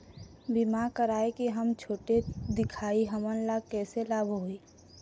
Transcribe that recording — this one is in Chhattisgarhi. बीमा कराए के हम छोटे दिखाही हमन ला कैसे लाभ होही?